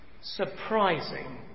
surprising